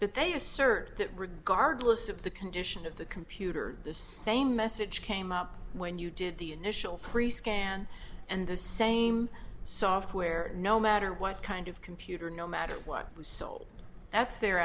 that they assert that regardless of the condition of the computer the same message came up when you did the initial free scan and the same software no matter what kind of computer no matter what it was sold that's their